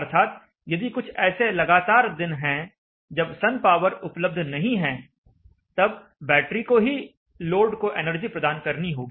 अर्थात यदि कुछ ऐसे लगातार दिन हैं जब सन पावर उपलब्ध नहीं है तब बैटरी को ही लोड को एनर्जी प्रदान करनी होगी